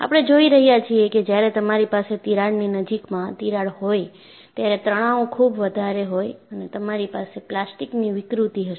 આપણે જોઈ રહ્યા છીએ કે જ્યારે તમારી પાસે તિરાડની નજીકમાં તિરાડ હોય ત્યારે તણાવ ખૂબ વધારે હોય અને તમારી પાસે પ્લાસ્ટિકની વિકૃતિ હશે